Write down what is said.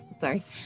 Sorry